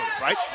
right